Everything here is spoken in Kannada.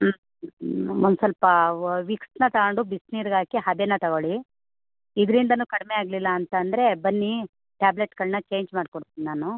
ಹ್ಞೂ ಒಂದು ಸ್ವಲ್ಪ ವ ವಿಕ್ಸ್ನ ತಗೊಂಡು ಬಿಸಿನೀರ್ಗೆ ಹಾಕಿ ಹಬೆನ ತೊಗೋಳಿ ಇದರಿಂದನು ಕಡಿಮೆ ಆಗಲಿಲ್ಲ ಅಂತಂದರೆ ಬನ್ನಿ ಟ್ಯಾಬ್ಲೆಟ್ಗಳನ್ನ ಚೇಂಜ್ ಮಾಡಿ ಕೊಡ್ತೀನಿ ನಾನು